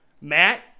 Matt